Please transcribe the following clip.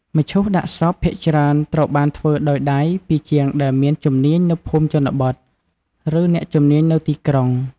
មឈូសដាក់សពភាគច្រើនត្រូវបានធ្វើដោយដៃពីជាងដែលមានជំនាញនៅភូមិជនបទ ឬអ្នកជំនាញនៅទីក្រុង។